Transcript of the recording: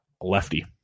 Lefty